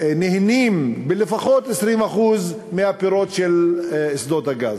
ליהנות לפחות מ-20% מהפירות של שדות הגז,